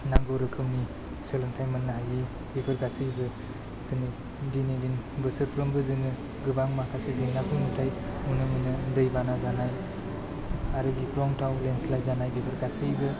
नांगौ रोखोमनि सोलोंथाइ मोननो हायै बेफोर गासैबो दिनै दिनैनि बोसोरफ्रोमबो जोङो गोबां माखासे जेंनाखौ नुथाय नुनो मोनो दै बाना जानाय आरो गिख्रंथाव लेन्ड स्लाइद्स जानाय बेफोर गासैबो